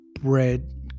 bread